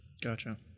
Gotcha